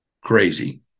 crazy